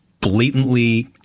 blatantly